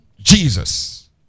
jesus